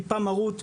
טיפה מרות.